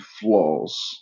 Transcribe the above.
flaws